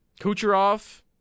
Kucherov